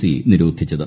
C നിരോധിച്ചത്